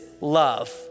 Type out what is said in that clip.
love